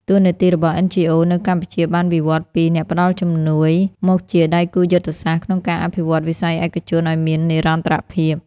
តួនាទីរបស់ NGOs នៅកម្ពុជាបានវិវត្តពី "អ្នកផ្ដល់ជំនួយ" មកជា "ដៃគូយុទ្ធសាស្ត្រ" ក្នុងការអភិវឌ្ឍវិស័យឯកជនឱ្យមាននិរន្តរភាព។